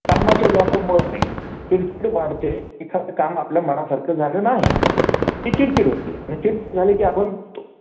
कामाच्या व्यापामुळं नाही चिडचिड वाढते एखादं काम आपल्या मनासारखं झालं नाही ती चिडचिड होते आणि चिडचिड झाले की आपण